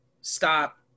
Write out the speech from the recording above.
stop